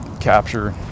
capture